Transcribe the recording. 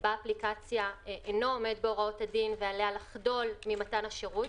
באפליקציה אינו עומד בהוראות הדין ועליה לחדול ממתן השירות,